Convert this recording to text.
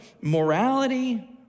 morality